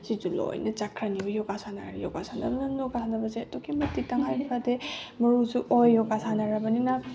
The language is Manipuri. ꯁꯤꯁꯨ ꯂꯣꯏꯅ ꯆꯠꯈ꯭ꯔꯅꯤꯕ ꯌꯣꯒꯥ ꯁꯥꯟꯅꯔꯗꯤ ꯌꯣꯒꯥ ꯁꯥꯟꯅꯕꯅ ꯌꯣꯒꯥ ꯁꯥꯟꯅꯕꯁꯦ ꯑꯗꯨꯛꯀꯤ ꯃꯇꯤꯛ ꯇꯉꯥꯏ ꯐꯗꯦ ꯃꯔꯨꯁꯨ ꯑꯣꯏ ꯌꯣꯒꯥ ꯁꯥꯟꯅꯔꯕꯅꯤꯅ